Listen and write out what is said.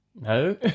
no